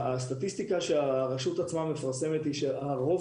הסטטיסטיקה שהרשות עצמה מפרסמת היא שהרוב